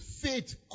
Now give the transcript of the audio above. faith